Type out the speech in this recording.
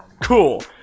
Cool